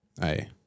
Hey